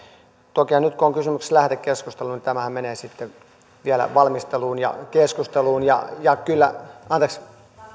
tokihan nyt kun on kysymyksessä lähetekeskustelu tämä menee vielä valmisteluun ja keskusteluun ja ja kyllä anteeksi